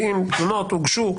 70 תלונות הוגשו.